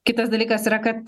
kitas dalykas yra kad